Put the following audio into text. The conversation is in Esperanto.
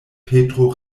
petro